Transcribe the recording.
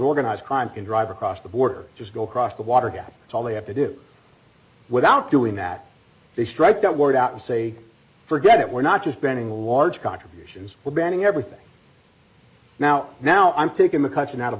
organized crime can drive across the border just go across the water gap it's all they have to do without doing that they strike that word out and say forget it we're not just banning the large contributions we're banning everything now now i'm taking the country out of the